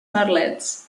merlets